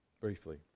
Briefly